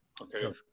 Okay